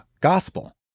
gospel